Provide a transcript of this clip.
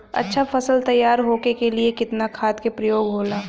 अच्छा फसल तैयार होके के लिए कितना खाद के प्रयोग होला?